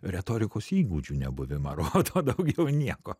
retorikos įgūdžių nebuvimą rodo daugiau nieko